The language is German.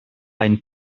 ein